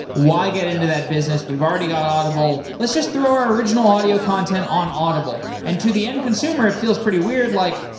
why get into that business? we've already got audible. let's just throw our original audio content on audible. and to the end consumer it feels pretty weird, like,